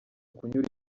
kunyura